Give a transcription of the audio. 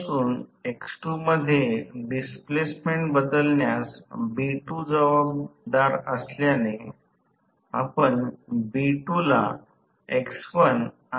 दिलेल्या स्लिप साठी n असेल तर स्लिप चे मूल्य टॉर्क नंतर थेओनिन व्होल्टेजचे प्रमाण आहे